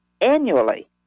annually